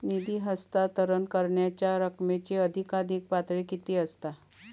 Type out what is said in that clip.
निधी हस्तांतरण करण्यांच्या रकमेची अधिकाधिक पातळी किती असात?